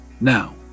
Now